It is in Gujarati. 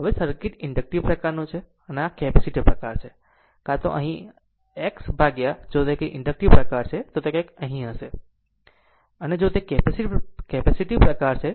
હવે સર્કિટ ઇન્ડકટીવ પ્રકાર છે અથવા આ કેપેસિટીવ પ્રકાર છે કાં તો તે અહીં ક્યાંક હશે X જો તે કોઈ ઇન્ડકટીવ પ્રકાર છે તો તે ક્યાંક હશે Z Z અહીં ક્યાંક હશે જો તે કેપેસિટીવ પ્રકાર છે